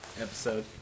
episode